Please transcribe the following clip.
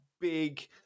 big